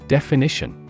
Definition